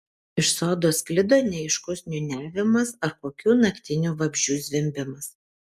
iš sodo sklido neaiškus niūniavimas ar kokių naktinių vabzdžių zvimbimas